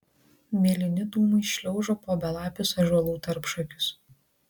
mėlyni dūmai šliaužo po belapius ąžuolų tarpšakius